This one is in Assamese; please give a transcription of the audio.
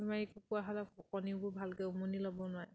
বেমাৰী কুকুৰা হ'লে কণীবোৰ ভালকৈ উমনি ল'ব নোৱাৰে